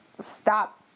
stop